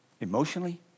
Emotionally